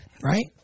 Right